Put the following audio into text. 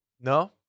No